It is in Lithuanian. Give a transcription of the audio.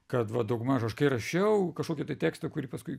kad va daugmaž aš kai rašiau kažkokį tai tekstą kuri paskui